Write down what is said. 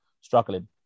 struggling